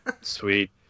Sweet